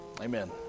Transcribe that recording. Amen